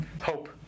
Hope